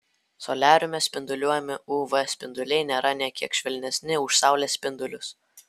soliariume spinduliuojami uv spinduliai nėra nė kiek švelnesni už saulės spindulius